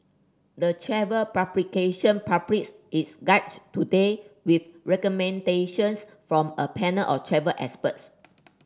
the travel publication published its guide today with recommendations from a panel of travel experts